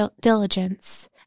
diligence